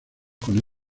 con